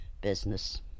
business